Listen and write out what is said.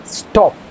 stop